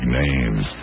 names